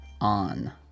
on